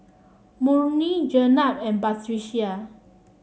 Murni Jenab and Batrisya